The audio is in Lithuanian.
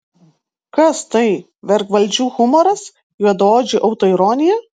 kas tai vergvaldžių humoras juodaodžių autoironija